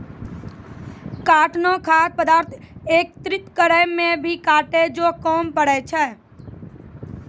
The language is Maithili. काटना खाद्य पदार्थ एकत्रित करै मे भी काटै जो काम पड़ै छै